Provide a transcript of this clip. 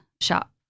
shop